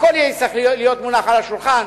הכול יצטרך להיות מונח על השולחן.